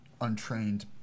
untrained